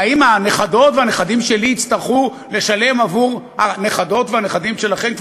האם הנכדות והנכדים שלי יצטרכו לשלם עבור הנכדות והנכדים שלכם?